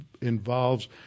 involves